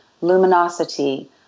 luminosity